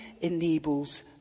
enables